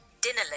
dinner